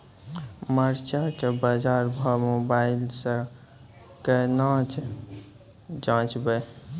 मरचा के बाजार भाव मोबाइल से कैनाज जान ब?